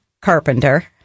Carpenter